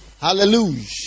Hallelujah